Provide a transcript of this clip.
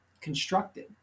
constructed